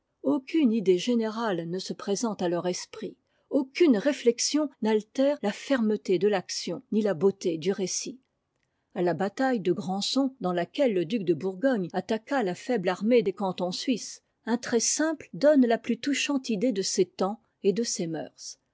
aucune idée générale ne se présente à leur esprit aucune réflexion n'altère la fermeté de l'action ni la beauté du récit a la bataille de granson dans laquelle le duc de bourgogne attaqua la faime armée des cantons suisses un trait simple donne la plus touchante idée de ces temps et de ces moeurs